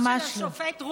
ממש לא.